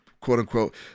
quote-unquote